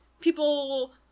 people